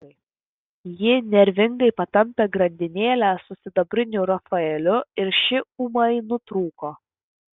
ji nervingai patampė grandinėlę su sidabriniu rafaeliu ir ši ūmai nutrūko